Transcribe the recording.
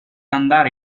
andare